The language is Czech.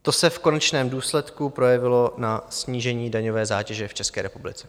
To se v konečném důsledku projevilo na snížení daňové zátěže v České republice.